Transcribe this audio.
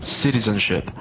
citizenship